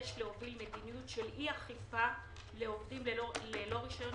יש להוביל מדיניות של אי אכיפה על עובדים ללא רישיון.